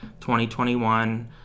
2021